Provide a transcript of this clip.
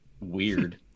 weird